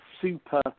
super